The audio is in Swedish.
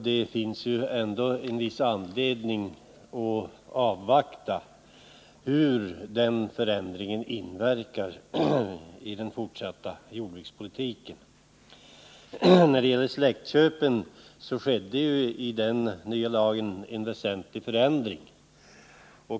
Det är därför skäl att avvakta och se hur den förändringen inverkar på den fortsatta jordbrukspolitiken. I fråga om släktköpen innebar den nya lagen en väsentlig förändring.